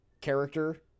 character